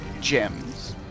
gems